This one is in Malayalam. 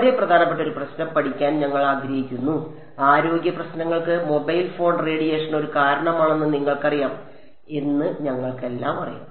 വളരെ പ്രധാനപ്പെട്ട ഒരു പ്രശ്നം പഠിക്കാൻ ഞങ്ങൾ ആഗ്രഹിക്കുന്നു ആരോഗ്യപ്രശ്നങ്ങൾക്ക് മൊബൈൽ ഫോൺ റേഡിയേഷൻ ഒരു കാരണമാണെന്ന് നിങ്ങൾക്കറിയാം എന്ന് ഞങ്ങൾക്കെല്ലാം അറിയാം